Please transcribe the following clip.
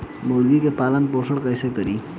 मुर्गी के पालन पोषण कैसे करी?